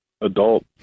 adult